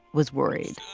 was worried.